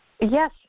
Yes